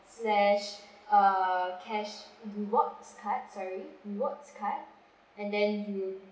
slash uh cash rewards card sorry rewards card and then you